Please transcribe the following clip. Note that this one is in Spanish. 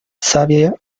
sabia